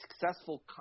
successful